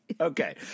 Okay